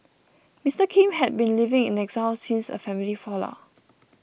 Mister Kim had been living in exile since a family fallout